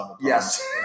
Yes